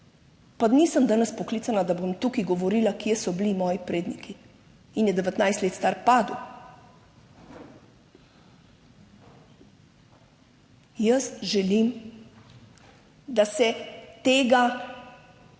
Pa nisem danes poklicana, da bom tukaj govorila, kje so bili moji predniki in je 19 let star padel. Jaz želim, da se tega